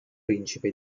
principe